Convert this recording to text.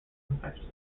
confessions